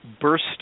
burst